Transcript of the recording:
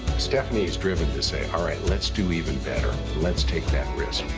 stephanie is driven to say, all right, let's do even better, let's take that risk.